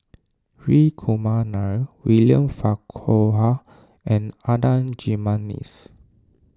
Hri Kumar Nair William Farquhar and Adan Jimenez